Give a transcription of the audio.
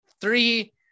three